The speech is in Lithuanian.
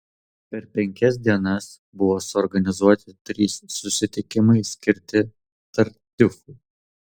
per penkias dienas buvo suorganizuoti trys susitikimai skirti tartiufui